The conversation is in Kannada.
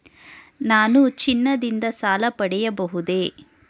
ನಾನು ಚಿನ್ನದಿಂದ ಸಾಲ ಪಡೆಯಬಹುದೇ?